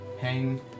hang